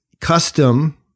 custom